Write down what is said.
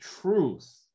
truth